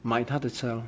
买它的车 lah